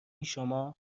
شما